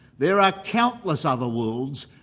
there are countless other worlds,